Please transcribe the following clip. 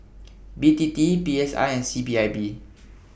B T T P S I and C P I B